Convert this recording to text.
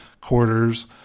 quarters